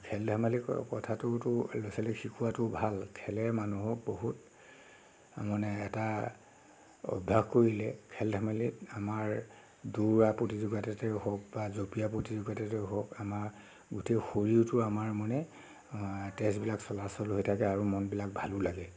খেল ধেমালিৰ কথাটোতো ল'ৰা ছোৱালীক শিকোৱাটো ভাল খেলে মানুহক বহুত মানে এটা অভ্যাস কৰিলে খেল ধেমালি আমাৰ দৌৰা প্ৰতিযোগিতাতে হওক বা জপিওৱা প্ৰতিযোগিতাতে হওক আমাৰ গোটেই শৰীৰটো আমাৰ মানে তেজবিলাক চলাচল হৈ থাকে আৰু মনবিলাক ভালো লাগে